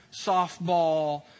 softball